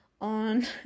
on